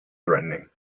threatening